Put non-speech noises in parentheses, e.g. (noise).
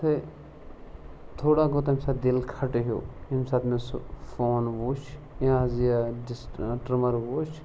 تہٕ تھوڑا گوٚو تَمہِ ساتہٕ دِل کھَٹہٕ ہیوٗ ییٚمہِ ساتہٕ مےٚ سُہ فون وُچھ یہِ حظ یہِ (unintelligible) ٹِرٛمَر وُچھ